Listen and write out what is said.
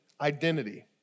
identity